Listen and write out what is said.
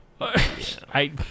I-